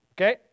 Okay